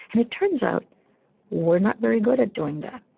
and it turns out we're not very good at doing that.